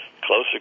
closer